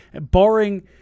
Barring